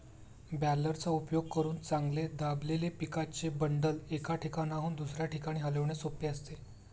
बॅलरचा उपयोग करून चांगले दाबलेले पिकाचे बंडल, एका ठिकाणाहून दुसऱ्या ठिकाणी हलविणे सोपे असते